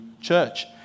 church